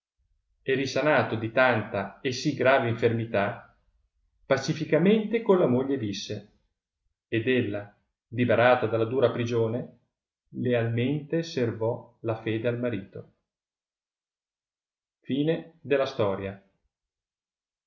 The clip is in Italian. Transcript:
e risanato di tanta e si grave infermità pacificamente con la moglie visse ed ella liberata dalla dura prigione lealmente servò la fede al marito già